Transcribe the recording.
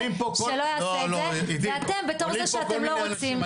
שלא יעשו את זה ואתם בתור זה שאתם לא רוצים.